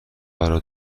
برا